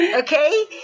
okay